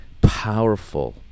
powerful